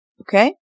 Okay